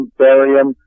barium